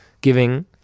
giving